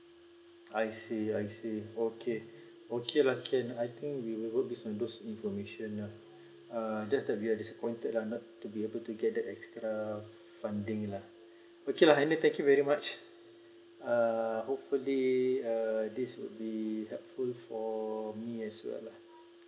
I see I see okay okay lah can I think we will work in those information lah uh just that we are disappointed lah not to be able to get that extra funding lah okay lah any way thank you very much uh hopefully uh this will be a hope for me as well lah